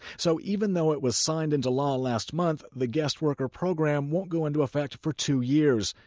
so, even though it was signed into law last month, the guest-worker program won't go into effect for two years,